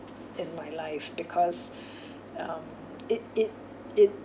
in my life because um it it it